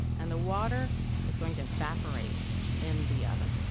and the water is going to evaporate in the oven,